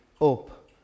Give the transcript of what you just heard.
up